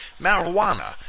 marijuana